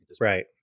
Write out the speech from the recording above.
right